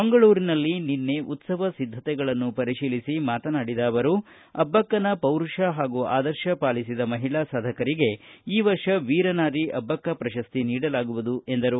ಮಂಗಳೂರಿನಲ್ಲಿ ನಿನ್ನೆ ಉತ್ಸವ ಸಿದ್ಧತೆಗಳನ್ನು ಪರಿಶೀಲಿಸಿ ಮಾತನಾಡಿದ ಅವರು ಅಬ್ದಕ್ಕನ ಪೌರುಷ ಹಾಗೂ ಆದರ್ತ ಪಾಲಿಸಿದ ಮಹಿಳಾ ಸಾಧಕರಿಗೆ ಈ ವರ್ಷದ ವೀರನಾರಿ ಅಬ್ಬಕ್ಕ ಪ್ರಶಸ್ತಿಯನ್ನು ನೀಡಲಾಗುವುದು ಎಂದರು